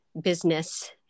business